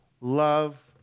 love